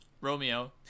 Romeo